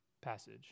passage